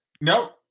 Nope